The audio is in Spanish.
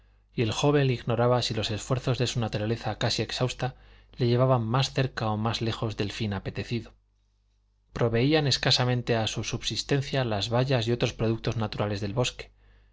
y el joven ignoraba si los esfuerzos de su naturaleza casi exhausta le llevaban más cerca o más lejos del fin apetecido proveían escasamente a su subsistencia las bayas y otros productos naturales del bosque